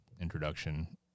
introduction